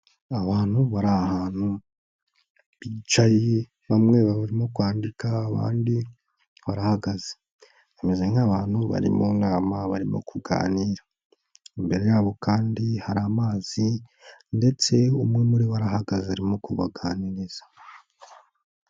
Abantu bari ahantu bicaye bamwe barimo kwandika abandi barahagaze, bameze nk'abantu bari mu nama barimo kuganira, imbere yabo kandi hari amazi ndetse umwe muri bo arahagaze arimo kubaganiriza.